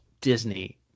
Disney